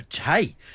Hey